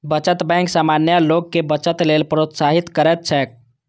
बचत बैंक सामान्य लोग कें बचत लेल प्रोत्साहित करैत छैक